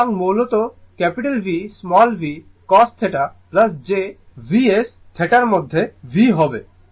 সুতরাং মূলত Vv cos θ j Vs θ র মধ্যে v হবে